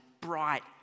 bright